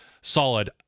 solid